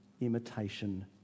imitation